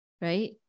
right